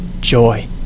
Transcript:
joy